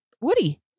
Woody